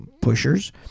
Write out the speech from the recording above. pushers